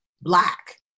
black